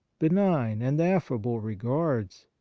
benign and affable regards,